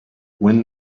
when